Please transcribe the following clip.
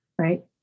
right